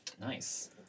Nice